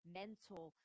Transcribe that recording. mental